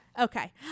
Okay